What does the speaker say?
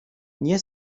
nie